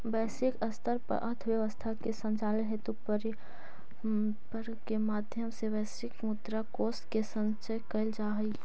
वैश्विक स्तर पर अर्थव्यवस्था के संचालन हेतु व्यापार के माध्यम से वैश्विक मुद्रा कोष के संचय कैल जा हइ